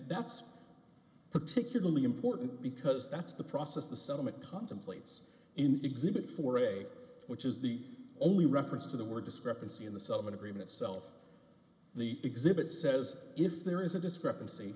that's particularly important because that's the process the settlement contemplates in exhibit four a which is the only reference to the word discrepancy in the sullivan agreement self the exhibit says if there is a discrepancy